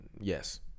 Yes